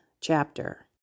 chapter